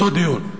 אותו דיון,